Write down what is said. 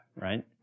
right